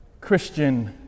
Christian